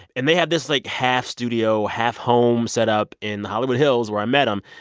and they had this, like, half-studio, half-home set-up in the hollywood hills, where i met him.